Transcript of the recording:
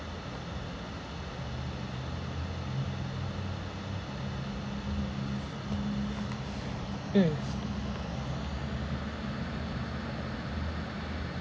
mm